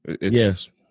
Yes